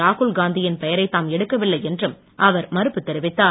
ராகுல் காந்தியின் பெயரை தாம் எடுக்கவில்லை என்றும் அவர் மறுப்பு தெரிவித்தார்